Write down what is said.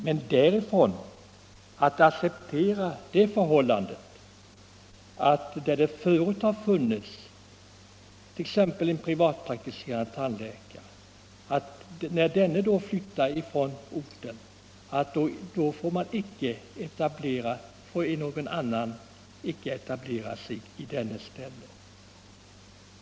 Men därifrån är det långt till att acceptera det förhållandet att när en privatpraktiserande läkare flyttar från orten, får icke någon annan etablera sig i hans ställe.